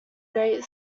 great